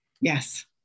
yes